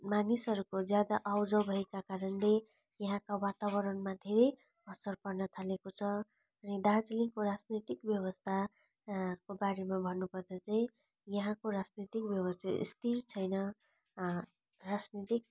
मानिसहरूको ज्यादा आउजाऊ भएका कारणले यहाँका वातावरणमा धेरै असर पर्न थालेको छ अनि दार्जिलिङको राजनैतिक व्यवस्था को बारेमा भन्नु पर्दा चाहिँ यहाँको राजनैतिक व्यवस्था चाहिँ स्थिर छैन राजनैतिक